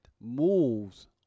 moves